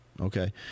okay